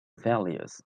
values